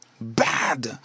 bad